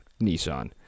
Nissan